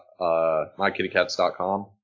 mykittycats.com